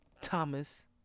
Thomas